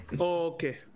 Okay